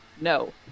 No